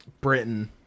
Britain